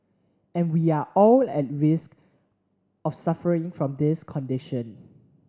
and we all are at risk of suffering from this condition